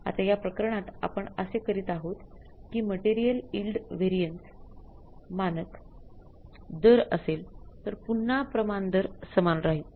आता या प्रकरणात आपण असे करीत आहोत की मटेरियल यील्ड व्हेरिएंट मानक दर असेल तर पुन्हा प्रमाण दर समान राहील